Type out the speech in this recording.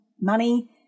money